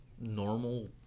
normal